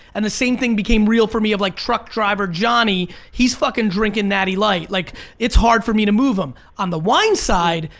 and the same thing became real for me of like truck driver johnny, he's fucking drinking natty light. like it's hard for me to move em. on the wine side,